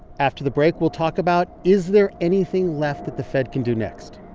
after the break we'll talk about, is there anything left that the fed can do next?